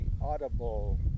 audible